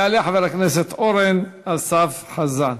יעלה חבר הכנסת אורן אסף חזן.